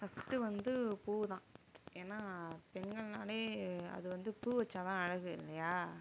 first வந்து பூ தான் ஏனால் பெண்கள்னாலே அது வந்து பூ வைச்சாதான் அழகு இல்லையா